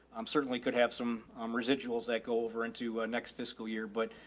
i'm certainly could have some um residuals that go over into ah next fiscal year, but,